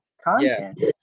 content